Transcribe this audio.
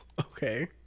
okay